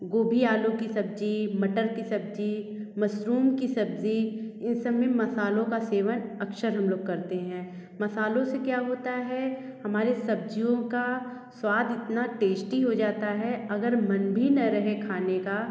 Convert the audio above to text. गोभी आलू की सब्ज़ी मटर की सब्ज़ी मसरूम की सब्ज़ी इन सब में मसालों का सेवन अक्सर हम लोग करते हैं मसालों से क्या होता है हमारे सब्ज़ियों का स्वाद इतना टेश्टी हो जाता है अगर मन भी ना रहे खाने का